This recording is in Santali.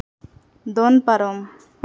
ᱫᱚᱱ ᱯᱟᱨᱚᱢ